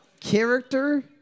character